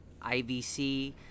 IVC